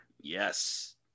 yes